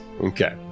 Okay